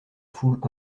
foule